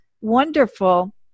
wonderful